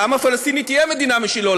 לעם הפלסטיני תהיה מדינה משלו,